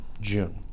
June